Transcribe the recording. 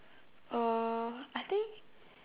uh I think